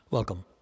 Welcome